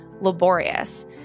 laborious